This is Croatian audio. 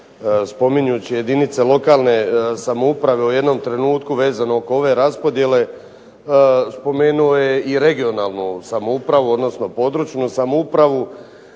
spominjući jedinice lokalne samouprave u jednom trenutku vezano oko ove raspodjele spomenuo je i regionalnu samoupravu, odnosno područnu samoupravu,